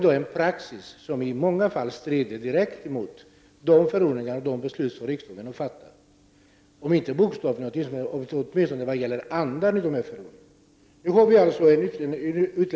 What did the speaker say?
Men i många fall strider praxis direkt mot fattade beslut och förordningar, om inte bokstavligt så åtminstone mot andan i dessa beslut och förordningar.